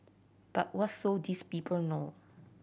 but what so these people know